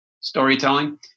storytelling